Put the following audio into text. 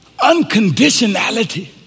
unconditionality